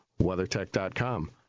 WeatherTech.com